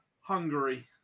Hungary